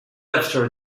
after